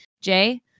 jay